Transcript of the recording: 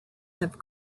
have